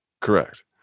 Correct